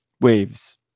waves